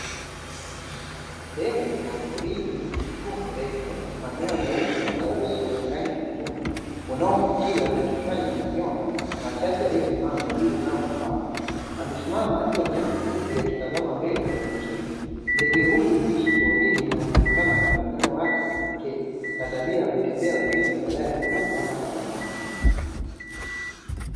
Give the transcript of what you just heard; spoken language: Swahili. Ndege wa porini mwenye miguu mirefu, manyoya meupe, na uso wenye rangi nyekundu unaovutia na kichwani ana manyoya machache yaliyosimama na juu kama mapambo, amesimama juu ya nyasi fupi akitazama mbele kwa umakini. Ndege huyu huishi porini na hujulikana kwa muonekano wake wa kipekee na tabia ya kutembea ardhini badala ya kuruka mara kwa mara.